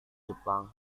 jepang